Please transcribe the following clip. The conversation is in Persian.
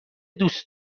دوست